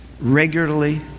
regularly